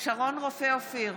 שרון רופא אופיר,